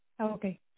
Okay